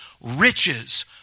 riches